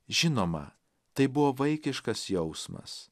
žinoma tai buvo vaikiškas jausmas